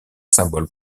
symbole